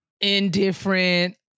indifferent